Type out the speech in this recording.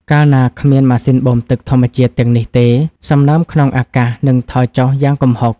កាលណាគ្មានម៉ាស៊ីនបូមទឹកធម្មជាតិទាំងនេះទេ សំណើមក្នុងអាកាសនឹងថយចុះយ៉ាងគំហុក។